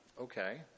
okay